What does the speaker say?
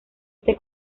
este